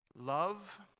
Love